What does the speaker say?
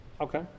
Okay